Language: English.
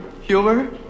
Humor